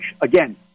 Again